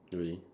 really